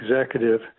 executive